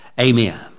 amen